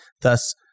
Thus